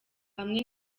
hamwe